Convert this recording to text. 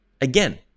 Again